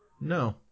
No